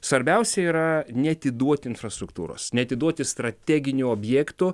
svarbiausia yra neatiduoti infrastruktūros neatiduoti strateginių objektų